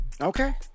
Okay